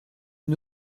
une